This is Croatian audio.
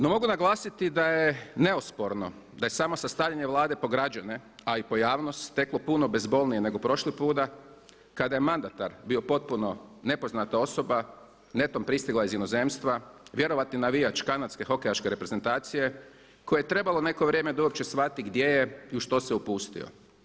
No mogu naglasiti da je neosporno, da je samo sastavljanje Vlade po građane a i po javnost teklo puno bezbolnije nego prošli puta kada je mandatar bio potpuno nepoznata osoba, netom pristigla iz inozemstva, … navijač kanadske hokejaške reprezentacije kojem je trebalo neko vrijeme da uopće shvati gdje je i u što se upustio.